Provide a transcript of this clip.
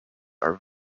are